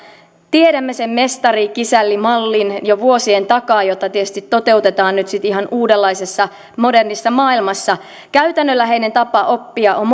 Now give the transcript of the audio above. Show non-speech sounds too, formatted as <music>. tiedämme sen mestari kisälli mallin jo vuosien takaa ja sitä tietysti toteutetaan nyt sitten ihan uudenlaisessa modernissa maailmassa käytännönläheinen tapa oppia on <unintelligible>